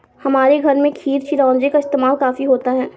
हमारे घर खीर में चिरौंजी का इस्तेमाल काफी होता है